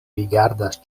rigardas